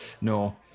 No